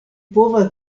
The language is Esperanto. povas